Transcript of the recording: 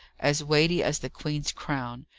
as weighty as the queen's crown.